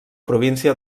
província